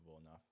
enough